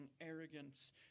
arrogance